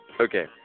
Okay